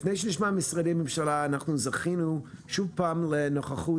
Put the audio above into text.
לפני שנשמע משרדי ממשלה אנחנו זכינו שוב פעם לנוכחות